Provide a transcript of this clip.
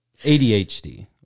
ADHD